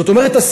זאת אומרת,